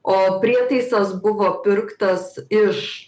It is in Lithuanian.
o prietaisas buvo pirktas iš